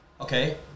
Okay